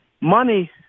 money